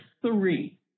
three